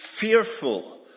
fearful